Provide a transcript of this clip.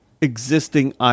existing